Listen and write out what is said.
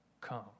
come